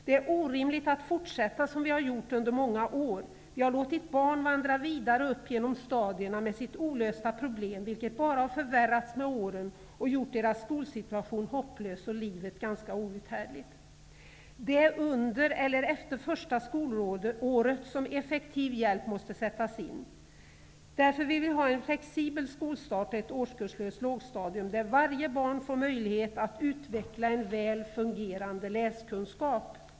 Det är orimligt att fortsätta som vi har gjort under många år. Vi har låtit barn vandra vidare upp genom stadierna med sitt olösta problem, vilket bara har förvärrats med åren, gjort deras skolsituation hopplös och livet ganska outhärdligt. Det är under eller efter första skolåret som effektiv hjälp måste sättas in. Därför vill vi ha en flexibel skolstart och ett årskurslöst lågstadium, där varje barn får möjlighet att utveckla en väl fungerande läskunskap.